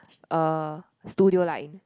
uh studio line